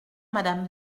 madame